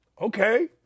Okay